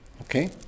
Okay